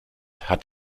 hat